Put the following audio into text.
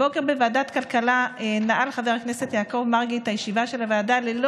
הבוקר בוועדת הכלכלה נעל חבר הכנסת יעקב מרגי את הישיבה של הוועדה ללא